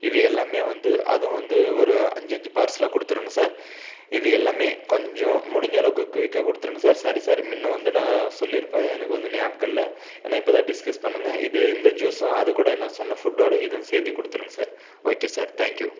இது எல்லாமே வந்து அதுவும் வந்து ஒரு அஞ்சு அஞ்சு பார்சலாக கொடுத்துருங்க சார் இது எல்லாமே கொஞ்சம் முடிஞ்சளவுக்கு குயிக்காக கொடுத்துருங்க சார் சாரி சார் முன்ன வந்து நான் சொல்லிருப்பேன் எனக்கு வந்து நியாபகம் இல்லை ஏன்னா இப்ப தான் டிஸ்கஸ் பண்ணோங்க இது இந்த ஜூஸும் அதுக்கூட நான் சொன்ன ஃபுட்டோட இதுவும் சேர்த்தி கொடுத்துருங்க sir okay sir thank you